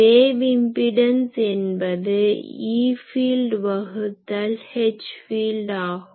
wave impedance என்பது E field வகுத்தல் H field ஆகும்